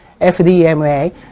FDMA